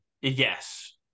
Yes